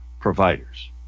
providers